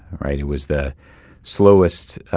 right? it was the slowest,